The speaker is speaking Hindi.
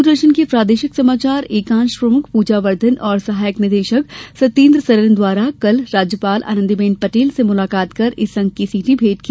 दूरदर्शन के प्रादेशिक समाचार एकांश प्रमुख पूजा वर्धन और सहायक निदेशक सत्येंद्र सरन द्वारा कल राज्यपाल आनंदी बेन पटेल से मुलाकात कर इस अंक की सीडी भेंट की